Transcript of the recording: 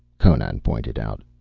conan pointed out.